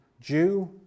Jew